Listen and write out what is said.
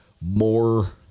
more